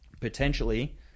potentially